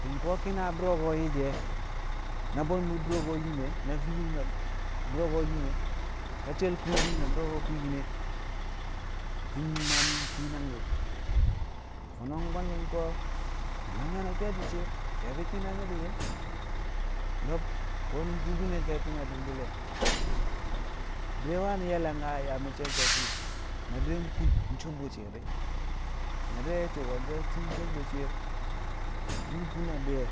ti̱ng ko̱ ki̱na du̱ro̱ ko̱ yi shi̱ e̱ na bwe̱ndu̱ du̱ro̱ ko̱ yim e̱ na fii yim du̱ro̱ ko̱ yim e̱ na she̱l kwiikin du̱ro̱ kwiikine ti̱ng mi̱ ma mi̱ kwii nang shi̱ fo̱no̱ bwangki̱n ko̱ mi̱ mangke̱ na ke̱e̱shi̱ shi̱i̱r ke̱e̱bi̱ ki̱na mi̱ di̱ shi̱n lo̱b ko̱nu̱n kubinel te̱ti̱me̱ di̱ bul ye̱ di̱re̱ wani̱ ye̱ langka a yaa me̱cce̱l te̱ti̱me̱ na di̱re̱ kun sob bu̱ shi̱i̱r di̱ na di̱re̱ nye̱ so̱ wolsho shi̱ sob bu̱ shi̱i̱r mu̱ kuna a bwi̱ye̱